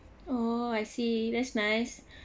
oh I see that's nice